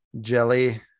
Jelly